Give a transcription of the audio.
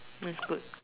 that's good